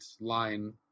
line